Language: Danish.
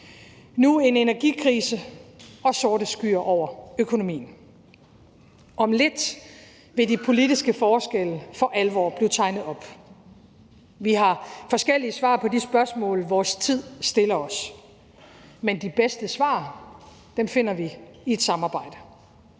nu en energikrise og sorte skyer over økonomien. Om lidt vil de politiske forskelle for alvor blive tegnet op. Vi har forskellige svar på de spørgsmål, vores tid stiller os, men de bedste svar finder vi i et samarbejde.